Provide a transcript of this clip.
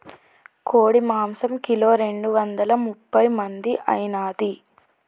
కోడి మాంసం కిలో రెండు వందల ముప్పై మంది ఐనాది